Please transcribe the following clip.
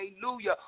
Hallelujah